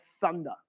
thunder